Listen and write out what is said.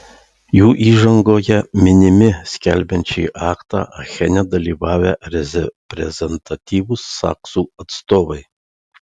jų įžangoje minimi skelbiant šį aktą achene dalyvavę reprezentatyvūs saksų atstovai